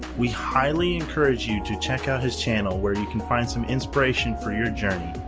we highly encourage you to check out his channel where you can find some inspiration for your journey,